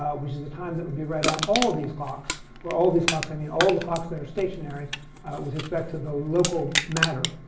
which is the time that would be right on all these clocks where all these clocks, i mean all the clocks that are stationary with respect to the local matter,